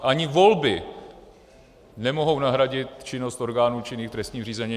Ani volby nemohou nahradit činnost orgánů činných v trestním řízení.